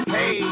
Hey